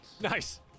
Nice